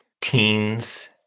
teen's